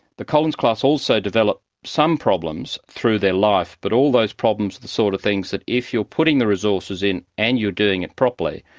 the collins class also developed some problems through their life, but all those problems are the sort of things that if you are putting those resources in and you are doing it properly,